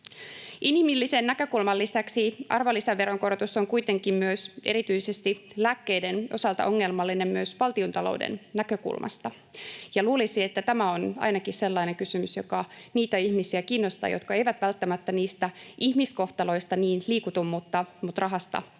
Inhimillisen näkökulman lisäksi arvonlisäveron korotus erityisesti lääkkeiden osalta on kuitenkin ongelmallinen myös valtiontalouden näkökulmasta, ja luulisi, että tämä on ainakin sellainen kysymys, joka kiinnostaa niitä ihmisiä, jotka eivät välttämättä niistä ihmiskohtaloista niin liikutu mutta rahasta kylläkin.